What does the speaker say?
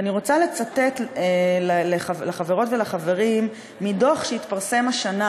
ואני רוצה לצטט לחברות ולחברים מדוח שהתפרסם השנה,